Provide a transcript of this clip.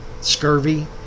scurvy